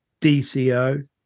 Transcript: DCO